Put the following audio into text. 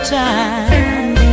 time